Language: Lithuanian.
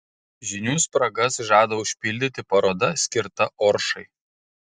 žinių spragas žada užpildyti paroda skirta oršai